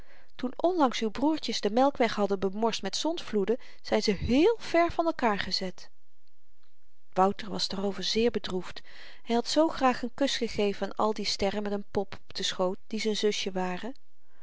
toen onlangs uw broertjes den melkweg hadden bemorst met zondvloeden zyn ze heel ver van elkaar gezet wouter was daarover zeer bedroefd hy had zoo graag n kus gegeven aan al die sterren met n pop op den schoot die z'n zusje waren